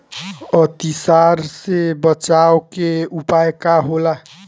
अतिसार से बचाव के उपाय का होला?